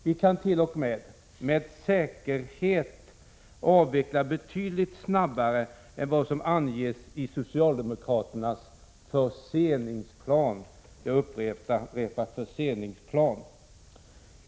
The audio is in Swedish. Vi kan t.o.m. med säkerhet klara avvecklingen mycket snabbare än vad som anges i socialdemokraternas ”förseningsplan” — jag upprepar: förseningsplan.